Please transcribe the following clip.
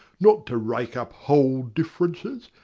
not to rake up hold differences,